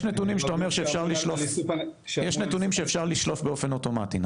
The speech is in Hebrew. נתונים שאתה אומר שאפשר לשלוף באופן אוטומטי,